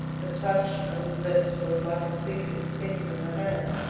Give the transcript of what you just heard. the touch of his lips was like a pleasing sting to her hand.